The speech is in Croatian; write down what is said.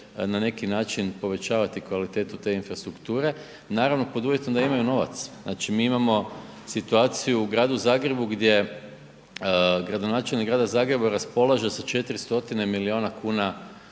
na neki način povećavati kvalitetu te infrastrukture, naravno pod uvjetom da imaju novac. Znači mi imamo situaciju u gradu Zagrebu gdje gradonačelnik grada Zagreba raspolaže sa 400 milijuna kuna